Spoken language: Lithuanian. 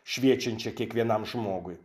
šviečiančia kiekvienam žmogui